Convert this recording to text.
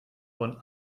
von